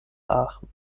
aachen